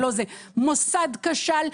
מוסד כשל,